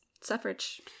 suffrage